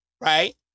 right